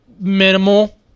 Minimal